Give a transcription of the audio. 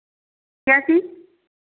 क्या चीज़